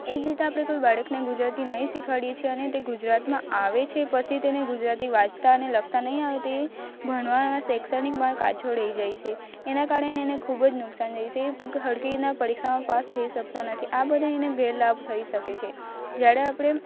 એ જ રીતે આપણે કોઈ બાળકને ગુજરાતી નહીં શિખવાડીએ છે અને ગુજરાતમાં આવે છે પછી તેને ગુજરાતી વાંચતાં અને લખતાં નહીં આવડે ભણવાના શૈક્ષણિકમાં કાચો રહી જાય છે એના કારણે એને ખૂબ જ નુકશાન થાય છે ખૂબ સરખી રીતના પરીક્ષામાં પાસ થઈ શકતાં નથી આ બધાં એને ગેરલાભ થઈ શકે છે જ્યારે આપણે